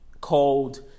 called